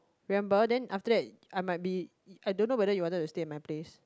remember then after that I might be I don't know whether you wanted to stay at my place